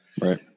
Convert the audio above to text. Right